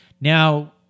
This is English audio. Now